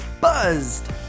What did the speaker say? buzzed